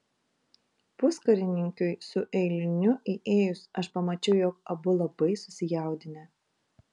puskarininkiui su eiliniu įėjus aš pamačiau jog abu labai susijaudinę